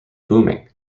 booming